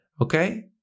Okay